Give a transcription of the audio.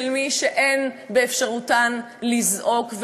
של מי שאין באפשרותן לזעוק,